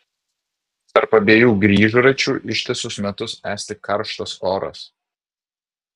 tarp abiejų grįžračių ištisus metus esti karštas oras